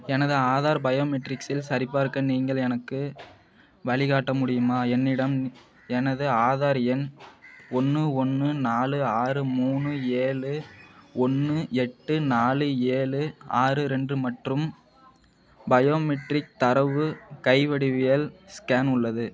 எனது ஆதார் பயோமெட்ரிக்ஸை சரிபார்க்க நீங்கள் எனக்கு வழிகாட்ட முடியுமா என்னிடம் எனது ஆதார் எண் ஒன்று ஒன்று நாலு ஆறு மூணு ஏழு ஒன்று எட்டு நாலு ஏழு ஆறு ரெண்டு மற்றும் பயோமெட்ரிக் தரவு கை வடிவியல் ஸ்கேன் உள்ளது